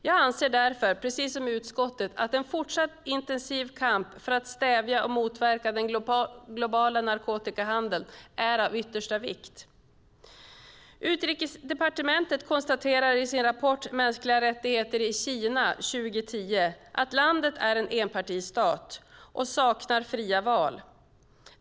Jag anser därför, precis som utskottet, att en fortsatt intensiv kamp för att stävja och motverka den globala narkotikahandeln är av yttersta vikt. Utrikesdepartementet konstaterar i sin rapport Mänskliga rättigheter i Kina 2010 att landet är en enpartistat som saknar fria val.